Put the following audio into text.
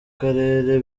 karere